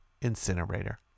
incinerator